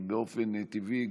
באופן טבעי,